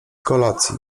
kolacji